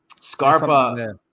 Scarpa